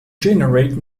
generate